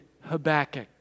Habakkuk